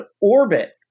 orbit